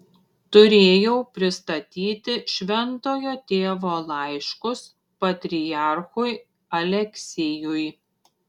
turėjau pristatyti šventojo tėvo laiškus patriarchui aleksijui